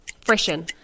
Freshen